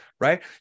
right